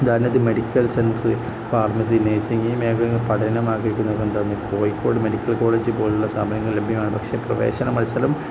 ഉദാഹരണത്തിന് medical centre pharmacy nursing ഈ മേഖലകൾ പഠനമാഗ്രഹിക്കുന്നവര്ക്ക് കോഴിക്കോട് മെഡിക്കൽ കോളേജ് പോലുള്ള സ്ഥാപനങ്ങൾ ലഭ്യമാണ് പക്ഷെ പ്രവശന മത്സരം